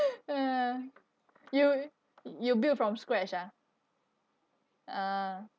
you you build from scratch ah ah